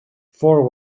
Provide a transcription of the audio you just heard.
for